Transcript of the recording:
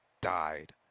died